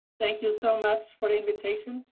thank you so much for the invitation.